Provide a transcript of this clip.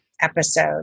episode